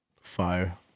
Fire